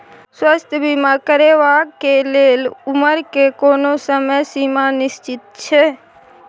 स्वास्थ्य बीमा करेवाक के लेल उमर के कोनो समय सीमा निश्चित छै?